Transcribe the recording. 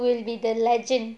I would say you will be the legend